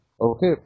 okay